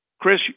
Chris